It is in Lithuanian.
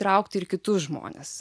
traukti ir kitus žmones